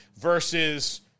versus